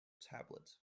tablet